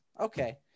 Okay